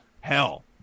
hell